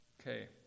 Okay